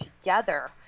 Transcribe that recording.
together